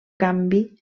canvi